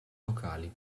locali